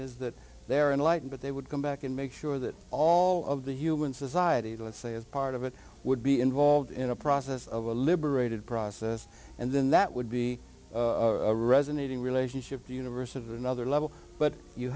is that they're in lighting but they would come back and make sure that all of the human society let's say as part of it would be involved in a process of a liberated process and then that would be resonating relationship universe of another level but you